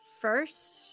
first